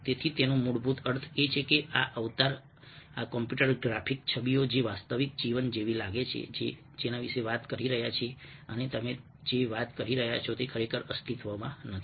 તેથી તેનો મૂળભૂત અર્થ એ છે કે આ અવતાર આ કમ્પ્યુટર ગ્રાફિક છબીઓ જે વાસ્તવિક જીવન જેવી લાગે છે વાત કરી રહ્યા છે અને તમે જે વાત કરી રહ્યા છો તે ખરેખર અસ્તિત્વમાં નથી